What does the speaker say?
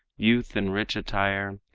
youth in rich attire,